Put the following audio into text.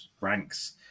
ranks